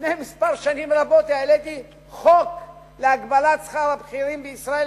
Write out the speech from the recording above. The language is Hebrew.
שלפני שנים רבות העליתי חוק להגבלת שכר הבכירים בישראל,